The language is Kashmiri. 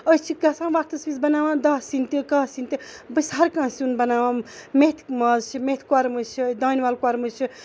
أسۍ چھِ گژھان وقتَس وِزِ بَناوان دہ سِنۍ تہِ کاہ سِنۍ تہِ بہٕ چھَس ہر کانہہ سیُن بَناوان میتھِ ماز چھُ کۄرمہٕ چھُ دانہِ ول کۄرمہٕ چھُ